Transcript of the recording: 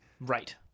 Right